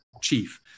chief